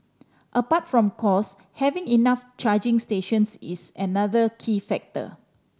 apart from cost having enough charging stations is another key factor